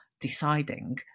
deciding